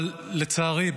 לצערי,